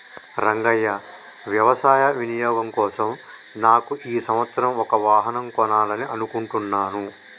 రంగయ్య వ్యవసాయ వినియోగం కోసం నాకు ఈ సంవత్సరం ఒక వాహనం కొనాలని అనుకుంటున్నాను